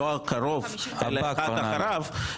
לא הקרוב אלא אחריו,